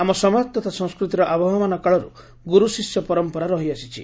ଆମ ସମାଜ ତଥା ସଂସ୍କୃତିରେ ଆବହମାନ କାଳରୁ ଗୁରୁ ଶିଷ୍ୟ ପରମ୍ପରା ରହିଆସିଛି